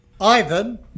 Ivan